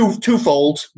twofold